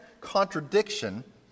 contradiction